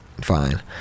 fine